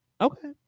Okay